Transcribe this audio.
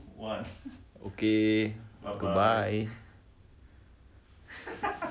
end it at six zero mark ah cause I really need to go toilet already